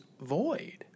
void